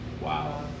Wow